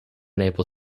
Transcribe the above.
unable